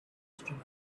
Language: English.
astronomy